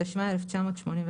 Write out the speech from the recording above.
התשמ"ה-1985,